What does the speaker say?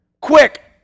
quick